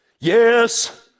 Yes